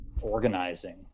organizing